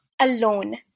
alone